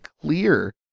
clear